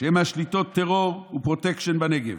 שמשליטות טרור ופרוטקשן בנגב.